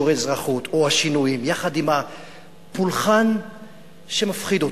בשיעורי אזרחות או השינויים יחד עם הפולחן שמפחיד אותי.